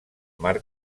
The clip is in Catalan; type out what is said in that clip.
mar